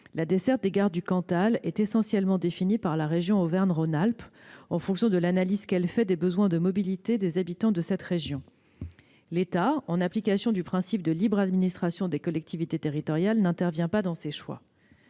la desserte des gares du Cantal est essentiellement définie par la région Auvergne-Rhône-Alpes en fonction de l'analyse qu'elle fait des besoins de mobilité des habitants de cette région. L'État, en application du principe de libre administration des collectivités territoriales, n'intervient pas dans ses choix.